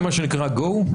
זה מה שנקרא go.